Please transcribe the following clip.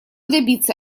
добиться